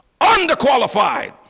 Underqualified